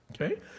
Okay